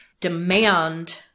demand